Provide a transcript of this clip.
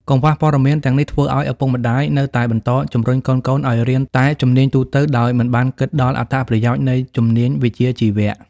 កង្វះព័ត៌មានទាំងនេះធ្វើឲ្យឪពុកម្តាយនៅតែបន្តជំរុញកូនៗឲ្យរៀនតែជំនាញទូទៅ ដោយមិនបានគិតដល់អត្ថប្រយោជន៍នៃជំនាញវិជ្ជាជីវៈ។